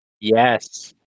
Yes